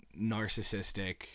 narcissistic